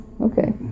Okay